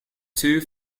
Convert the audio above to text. two